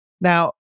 Now